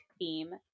theme